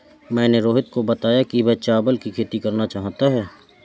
मैंने रोहित को बताया कि वह चावल की खेती करना चाहता है